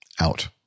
out